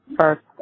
First